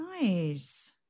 Nice